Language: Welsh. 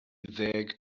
ddeg